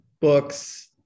books